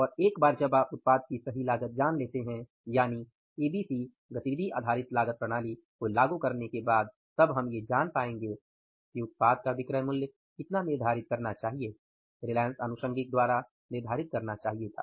और एक बार जब आप उत्पाद की सही लागत जान लेते है यानि एबीसी लागू करने के बाद तब हम ये जान पाएंगे की उत्पाद का विक्रय मूल्य कितना निर्धारित करना चाहिए रिलायंस आनुषंगीक द्वारा निर्धारित करना चाहिए था